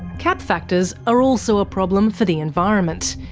cap factors are also a problem for the environment.